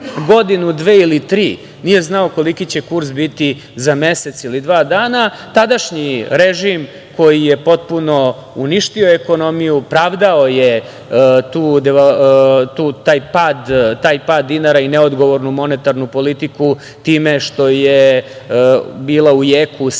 godinu, dve ili tri, nije znao koliki će kurs biti za mesec ili dva dana. Tadašnji režim koji je potpuno uništio ekonomiju, pravdao je taj pad dinara i neodgovornu monetarnu politiku time što je bila u jeku svetska